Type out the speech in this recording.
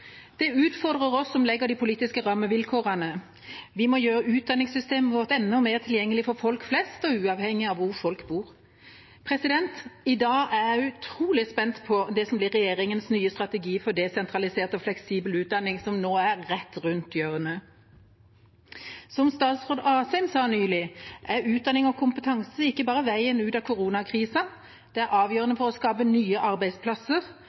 Det utfordrer oss som legger de politiske rammevilkårene. Vi må gjøre utdanningssystemet vårt enda mer tilgjengelig for folk flest og uavhengig av hvor folk bor. I dag er jeg utrolig spent på det som blir regjeringas nye strategi for desentralisert og fleksibel utdanning, som nå er rett rundt hjørnet. Som statsråd Asheim sa nylig, er utdanning og kompetanse ikke bare veien ut av koronakrisa. Det er avgjørende for å skape nye arbeidsplasser,